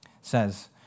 says